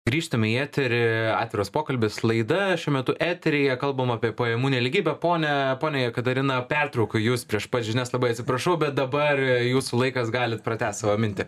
grįžtame į eterį atviras pokalbis laida šiuo metu eteryje kalbam apie pajamų nelygybę ponia ponia jekaterina pertraukiau jus prieš pat žinias labai atsiprašau bet dabar jūsų laikas galit pratęst savo mintį